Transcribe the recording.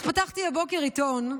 אז פתחתי הבוקר עיתון,